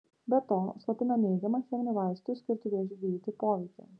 be to slopina neigiamą cheminių vaistų skirtų vėžiui gydyti poveikį